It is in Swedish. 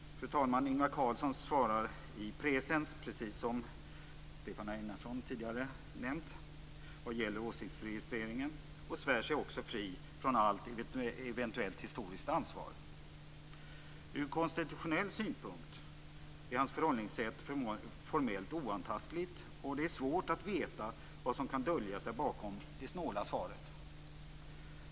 Fru talman! Ingvar Carlsson svarar i presens, precis om Mats Einarsson tidigare nämnt, vad gäller åsiktsregistreringen och svär sig också fri från allt eventuellt historiskt ansvar. Ur konstitutionell synpunkt är hans förhållningssätt formellt oantastligt. Det är svårt att veta vad som kan dölja sig bakom det snåla svaret.